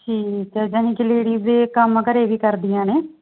ਠੀਕ ਹੈ ਯਾਨੀ ਕਿ ਲੇਡੀਜ਼ ਇਹ ਕੰਮ ਘਰ ਵੀ ਕਰਦੀਆਂ ਨੇ